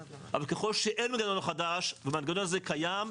אבל ככל שאין מנגנון חדש והמנגנון הזה קיים,